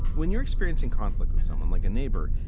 when you're experiencing conflict with someone like a neighbor,